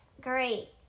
Great